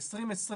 ב-2020